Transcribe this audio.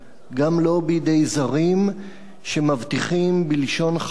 גם לא בידי זרים שמבטיחים בלשון חלקות